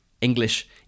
English